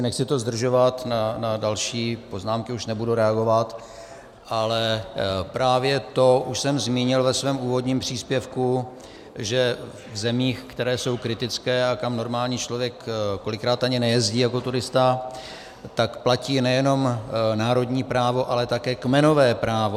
Nechci to zdržovat, na další poznámky už nebudu reagovat, ale právě to už jsem zmínil ve svém úvodním příspěvku, že v zemích, které jsou kritické a kam normální člověk kolikrát ani nejezdí jako turista, tak platí nejenom národní právo, ale také kmenové právo.